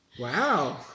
Wow